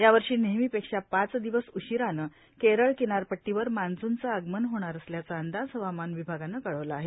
यावर्षी नेहमीपेक्षा पाच दिवस उशिरानं केरळ किनारपट्टीवर मान्सूनचं आगमन होणार असल्याचा अंदाज हवामान विभागानं कळवला आहे